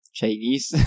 Chinese